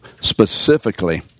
specifically